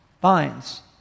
finds